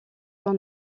son